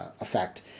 effect